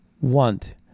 want